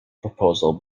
proposal